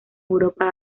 europa